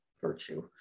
virtue